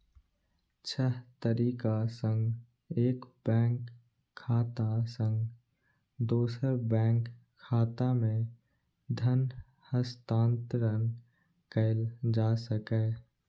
छह तरीका सं एक बैंक खाता सं दोसर बैंक खाता मे धन हस्तांतरण कैल जा सकैए